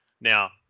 Now